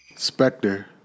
Spectre